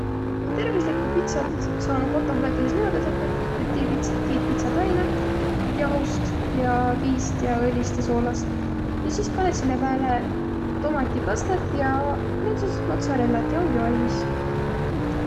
No tervüslikku pitsat saanuq kotoh näütüses niimuudu tetäq, et tii pitsa- tiit pitsataina jahust ja viist ja õlist ja soolast, ja sis panõt sinnäq pääle tomatikastõt ja näütüses mozzarellat, ja omgi valmis.